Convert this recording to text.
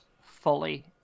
fully